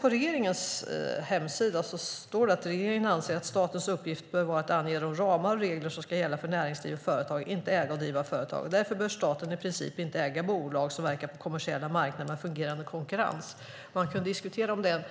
På regeringens hemsida står det att regeringen anser att statens uppgift bör vara att ange de ramar och regler som ska gälla för näringsliv och företag, inte äga och driva företag, och därför bör staten i princip inte äga bolag som verkar på kommersiella marknader med fungerande konkurrens - man kan diskutera om det för